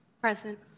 Present